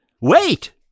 Wait